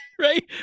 right